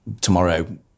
tomorrow